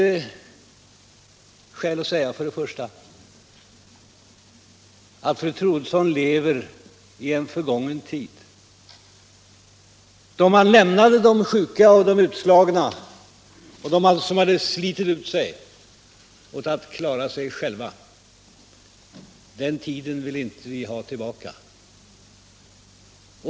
Det finns skäl att säga, för det första, att fru Troedsson lever i en förgången tid, då man lämnade de sjuka och de utslagna och dem som hade slitit ut sig åt att klara sig själva. Den tiden vill vi inte ha tillbaka.